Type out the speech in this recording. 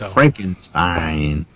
Frankenstein. (